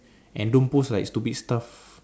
and don't post like stupid stuff